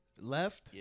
Left